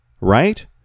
right